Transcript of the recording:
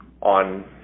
on